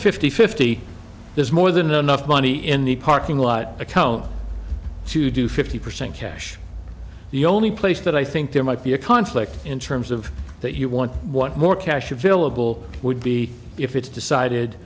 fifty fifty there's more than enough money in the parking lot account to do fifty percent cash the only place that i think there might be a conflict in terms of that you want more cash available would be if it's decided